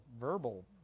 verbal